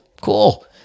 Cool